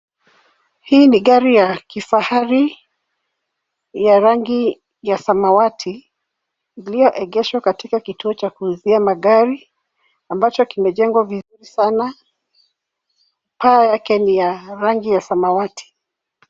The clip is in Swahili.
Hii ni gari ya kifahari ya rangi ya samawati iliyoegeshwa katika kituo cha kuuzia magari ambacho kimejengwa vizuri sana, paa yake ni ya rangi ya samawati.